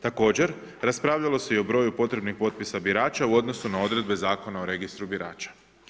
Također, raspravilo se i o broju potrebnih potpisa birača u odnosu na odredbe Zakona o registru birača.